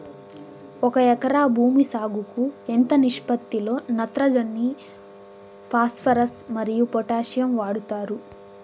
ఒక ఎకరా భూమి సాగుకు ఎంత నిష్పత్తి లో నత్రజని ఫాస్పరస్ మరియు పొటాషియం వాడుతారు